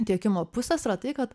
tiekimo pusės yra tai kad